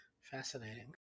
Fascinating